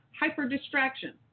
hyper-distraction